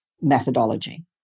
methodology